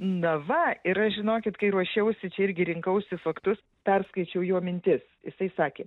na va ir aš žinokit kai ruošiausi čia irgi rinkausi faktus perskaičiau jo mintis jisai sakė